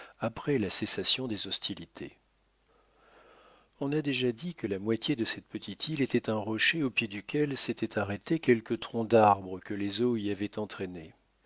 après la cessation des hostilités on a déjà dit que la moitié de cette petite île était un rocher au pied duquel s'étaient arrêtés quelques troncs d'arbres que les eaux y avaient entraînés